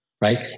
right